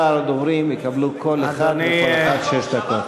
שאר הדוברים יקבלו כל אחד וכל אחת שש דקות.